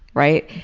right?